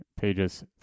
pages